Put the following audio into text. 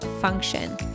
function